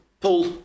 Paul